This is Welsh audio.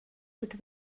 ydw